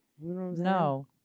No